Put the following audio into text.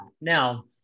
Now